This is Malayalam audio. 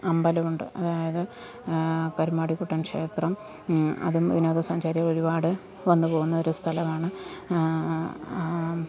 അമ്പലം ഉണ്ട് അതായത് കരുമാടിക്കുട്ടൻ ക്ഷേത്രം അതും വിനോദസഞ്ചാരികൾ ഒരുപാട് വന്നുപോകുന്നൊരു സ്ഥലമാണ്